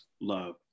love